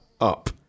up